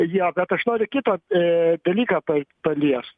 jo bet aš noriu kitą dalyką pa paliest